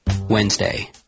wednesday